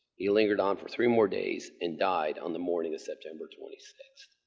he lingered on for three more days and died on the morning september twenty sixth.